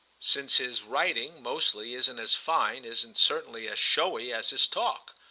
since his writing, mostly, isn't as fine, isn't certainly as showy, as his talk.